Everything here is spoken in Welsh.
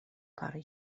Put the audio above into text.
parry